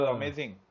amazing